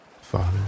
father